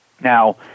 Now